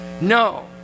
No